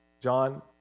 John